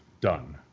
done